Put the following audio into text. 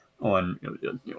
on